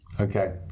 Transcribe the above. Okay